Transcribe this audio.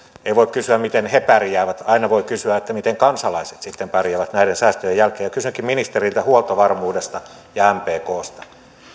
ei voi kysyä miten he pärjäävät aina voi kysyä miten kansalaiset sitten pärjäävät näiden säästöjen jälkeen kysynkin ministeriltä huoltovarmuudesta ja mpksta